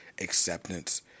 acceptance